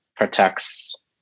protects